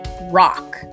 Rock